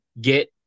get